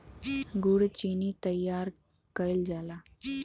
गुड़ चीनी तइयार कइल जाला